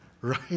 right